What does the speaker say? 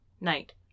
Night